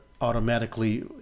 automatically